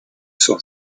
son